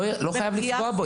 לא חייב לפגוע בו,